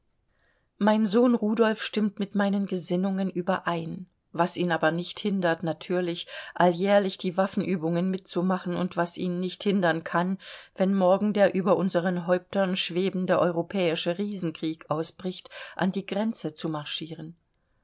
mein sohn rudolf stimmt mit meinen gesinnungen überein was ihn aber nicht hindert natürlich alljährlich die waffenübungen mitzumachen und was ihn nicht hindern kann wenn morgen der über unseren häuptern schwebende europäische riesenkrieg ausbricht an die grenze zu marschieren